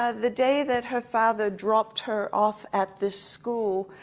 ah the day that her father dropped her off at this school,